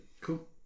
cool